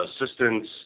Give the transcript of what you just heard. assistance